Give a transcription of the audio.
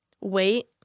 wait